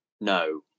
no